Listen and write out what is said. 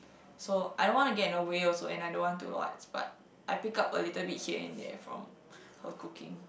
so I don't want to get in a way also and I don't want to but I pick up a little bit here and there from her cooking